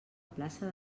plaça